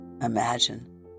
Imagine